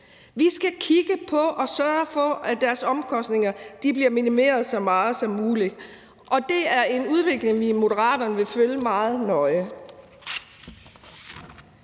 vi skal kigge på og sørge for, at deres omkostninger bliver minimeret så meget som muligt. Det er en udvikling, som vi i Moderaterne vil følge meget nøje.